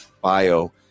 bio